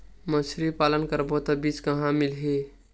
मछरी पालन करबो त बीज कहां मिलही?